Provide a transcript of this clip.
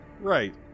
Right